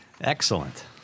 Excellent